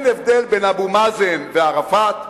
בין אבו מאזן וערפאת.